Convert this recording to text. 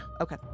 Okay